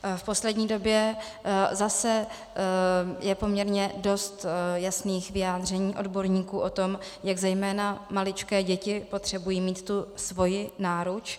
V poslední době je zase poměrně dost jasných vyjádření odborníků o tom, jak zejména maličké děti potřebují mít tu svoji náruč.